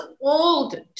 old